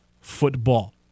football